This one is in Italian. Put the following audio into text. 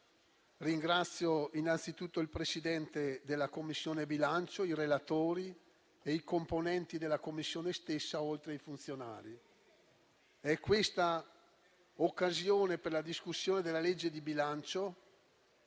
ringrazio innanzitutto il Presidente della Commissione bilancio, i relatori e i componenti della Commissione stessa, oltre ai funzionari. La discussione della legge di bilancio